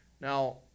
Now